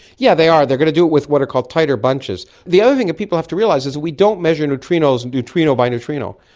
yeah they are, they're going to do it with what are called tighter bunches. the other thing that people have to realise is that we don't measure neutrinos neutrino-by-neutrino.